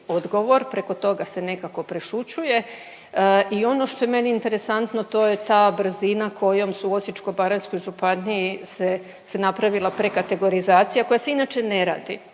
preko toga se nekako prešućuje. I ono što je meni interesantno to je ta brzina kojom su u Osječko-baranjskoj županiji se napravila prekategorizacija koja se inače ne radi